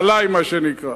עלי, מה שנקרא.